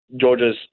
Georgia's